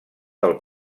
del